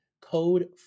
code